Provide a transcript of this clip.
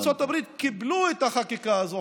אבל לפחות בארצות הברית קיבלו את החקיקה הזאת,